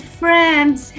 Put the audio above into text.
friends